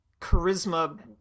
charisma